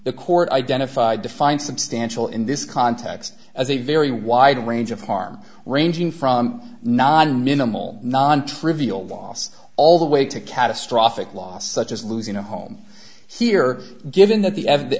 the court identified defined substantial in this context as a very wide range of harm ranging from non minimal non trivial loss all the way to catastrophic loss such as losing a home here given that the